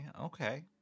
Okay